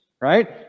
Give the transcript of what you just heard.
right